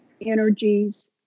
energies